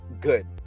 good